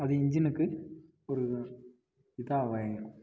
அது இன்ஜினுக்கு ஒரு இதாவாகிரும்